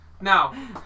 now